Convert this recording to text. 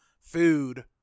food